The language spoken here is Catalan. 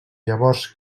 llavors